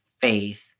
faith